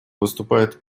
выступает